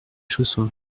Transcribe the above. chaussons